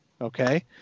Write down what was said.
Okay